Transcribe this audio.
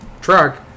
truck